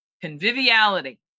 Conviviality